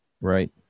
Right